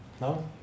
no